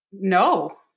No